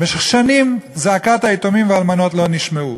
במשך שנים זעקות היתומים והאלמנות לא נשמעו.